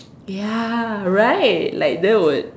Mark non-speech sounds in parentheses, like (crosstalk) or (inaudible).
(noise) ya right like that would